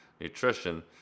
nutrition